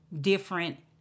different